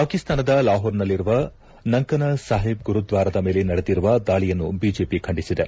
ಪಾಕಿಸ್ತಾನದ ಲಾಹೋರ್ನಲ್ಲಿರುವ ನಂಕನ ಸಾಹಿಬ್ ಗುರುದ್ದಾರದ ಮೇಲೆ ನಡೆದಿರುವ ದಾಳಿಯನ್ನು ಬಿಜೆಪಿ ಖಂಡಿಸಿದೆ